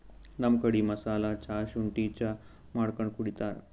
ನಮ್ ಕಡಿ ಮಸಾಲಾ ಚಾ, ಶುಂಠಿ ಚಾ ಮಾಡ್ಕೊಂಡ್ ಕುಡಿತಾರ್